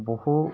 বহুত